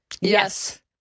Yes